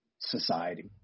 society